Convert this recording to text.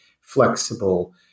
flexible